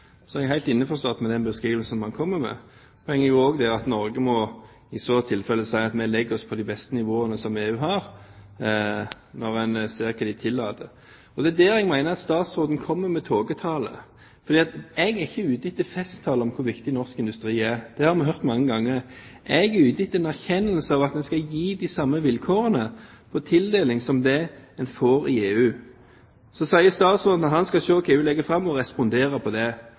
så jeg er helt innforstått med den beskrivelsen en kommer med. Poenget er jo at Norge i så tilfelle må si at vi legger oss på de beste nivåene EU har, når en ser hva de tillater. Det er der jeg mener at statsråden kommer med tåketale. Jeg er ikke ute etter festtaler om hvor viktig norsk industri er. Det har vi hørt mange ganger. Jeg er ute etter en erkjennelse av at vi skal gi de samme vilkårene for tildeling som det en får i EU. Statsråden sier at han skal se på hva som legges fram, og respondere på det.